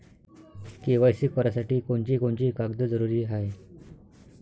KYC करासाठी कोनची कोनची कागद जरुरी हाय?